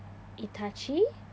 itachi